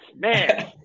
Man